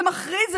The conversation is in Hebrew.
זה מחריד.